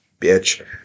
bitch